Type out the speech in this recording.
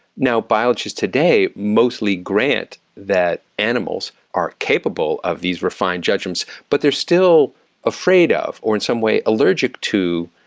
now, biologists today mostly grant that animals are capable of these refined judgments, but they're still afraid of, or in some way allergic to,